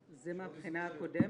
--- זה מהבחינה הקודמת?